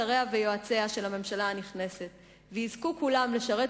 שריה ויועציה של הממשלה הנכנסת ויזכו כולם לשרת